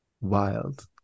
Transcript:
Wild